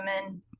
women